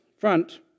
front